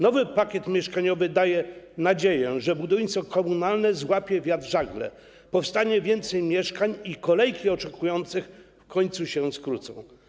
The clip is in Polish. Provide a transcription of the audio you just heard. Nowy pakiet mieszkaniowy daje nadzieję, że budownictwo komunalne złapie wiatr w żagle, że powstanie więcej mieszkań i kolejki oczekujących w końcu się skrócą.